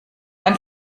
dann